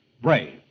brave